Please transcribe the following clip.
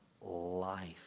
life